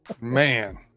Man